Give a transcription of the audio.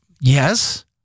yes